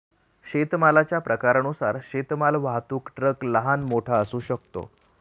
शेतमालाच्या प्रकारानुसार शेतमाल वाहतूक ट्रक लहान, मोठा असू शकतो